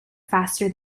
faster